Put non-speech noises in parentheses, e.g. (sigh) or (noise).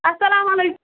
اسلامُ (unintelligible)